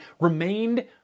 remained